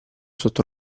sotto